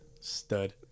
stud